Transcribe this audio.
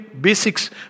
basics